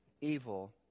evil